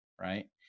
right